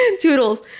toodles